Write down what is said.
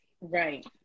Right